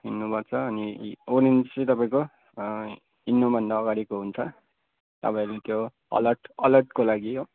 हिँड्नुपर्छ अनि ओरेन्ज चाहिँ तपाईँको हिँड्नुभन्दा अगाडिको हुन्छ तपाईँहरूलाई त्यो अलर्टको लागि हो